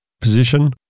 position